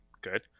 good